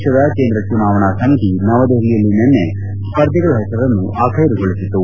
ಪಕ್ಷದ ಕೇಂದ್ರ ಚುನಾವಣಾ ಸಮಿತಿ ನವದೆಹಲಿಯಲ್ಲಿ ನಿನ್ನೆ ಸ್ವರ್ಧಿಗಳ ಹೆಸರನ್ನು ಆಖ್ಟೆರುಗೊಳಿಸಿತು